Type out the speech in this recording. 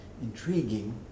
intriguing